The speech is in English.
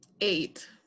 Eight